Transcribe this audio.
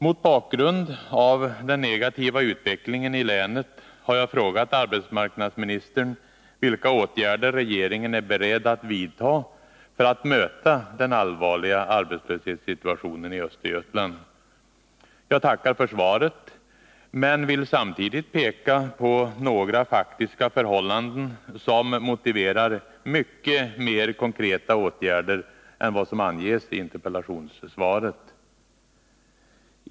Mot bakgrund av den negativa utvecklingen i länet har jag frågat arbetsmarknadsministern vilka åtgärder regeringen är beredd att vidta för att möta den allvarliga arbetslöshetssituationen i Östergötland. Jag tackar för svaret, men jag vill samtidigt peka på några faktiska förhållanden som motiverar mycket mer konkreta åtgärder än vad som anges i interpellationssvaret.